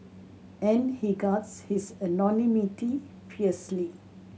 and he guards his anonymity fiercely